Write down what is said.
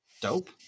dope